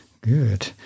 Good